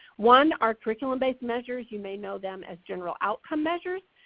one are curriculum-based measures. you may know them as general outcome measures.